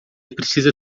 precisa